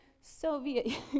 Soviet